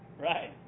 Right